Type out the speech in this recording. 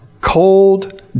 cold